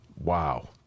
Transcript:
Wow